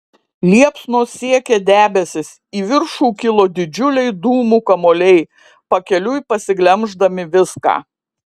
liepsnos siekė debesis į viršų kilo didžiuliai dūmų kamuoliai pakeliui pasiglemždami viską